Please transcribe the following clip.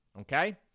Okay